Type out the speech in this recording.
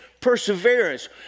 perseverance